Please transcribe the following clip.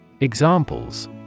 Examples